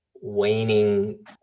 waning